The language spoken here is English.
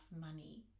money